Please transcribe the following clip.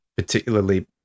Particularly